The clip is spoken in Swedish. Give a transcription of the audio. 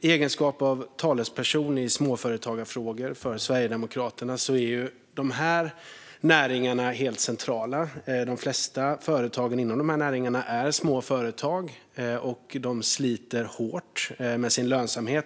I egenskap av talesperson i småföretagarfrågor för Sverigedemokraterna måste jag säga att de här näringarna är helt centrala. De flesta företag inom dessa näringar är små företag. De sliter hårt med sin lönsamhet.